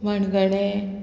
मणगणें